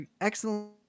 excellent